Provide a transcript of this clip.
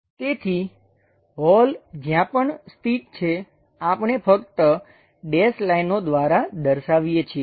તેથી હોલ જ્યાં પણ સ્થિત છે આપણે ફક્ત ડેશ લાઈનો દ્વારા દર્શાવીએ છીએ